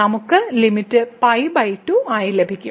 നമുക്ക് ലിമിറ്റ് π2 ആയി ലഭിക്കും